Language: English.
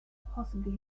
possibly